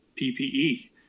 PPE